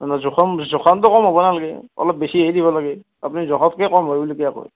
জোখা জোখামতে কম হ'ব নালাগে অলপ বেছিহে দিব লাগে আপুনি জোখতকৈ কম হয় বুলি কিয় কয়